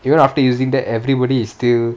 you know after using that everybody is still